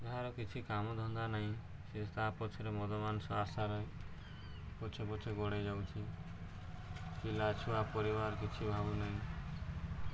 ଯାହାର କିଛି କାମ ଧନ୍ଦା ନାହିଁ ସେ ତା ପଛରେ ମଦ ମାଂସ ଆଶାରେ ପଛେ ପଛେ ଗୋଡ଼େଇ ଯାଉଛି ପିଲା ଛୁଆ ପରିବାର କିଛି ଭାବୁନାହିଁ